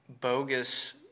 bogus